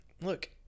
Look